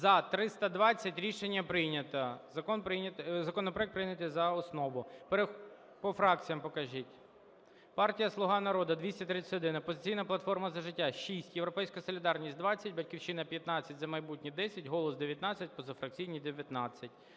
За-320 Рішення прийнято. Законопроект прийнятий за основу. По фракціях покажіть. Партія "Слуга народу" – 231, "Опозиційна платформа – За життя" – 6, "Європейська солідарність" – 20, "Батьківщина" – 15, "За майбутнє" – 10, "Голос" – 19, позафракційні – 19.